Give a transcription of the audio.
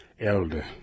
elder